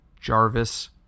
Jarvis